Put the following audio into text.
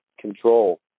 control